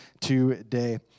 today